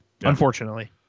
unfortunately